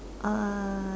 uh